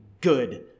good